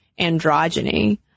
androgyny